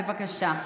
בבקשה.